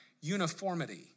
uniformity